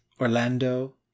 Orlando